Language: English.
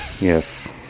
Yes